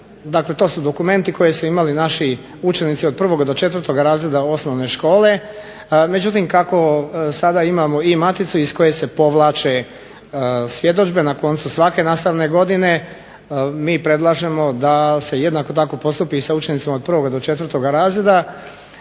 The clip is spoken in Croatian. dakle to su dokumenti koje su imali naši učenici od 1. do 4. razreda osnovne škole. Međutim, kako sada imamo i maticu iz koje se povlače svjedodžbe na koncu svake nastavne godine, mi predlažemo da se jednako tako postupi i sa učenicima od 1. do 4. razreda.